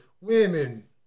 women